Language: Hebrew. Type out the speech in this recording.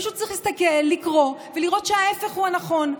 פשוט צריך להסתכל, לקרוא ולראות שההפך הוא הנכון.